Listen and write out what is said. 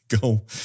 go